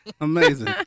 Amazing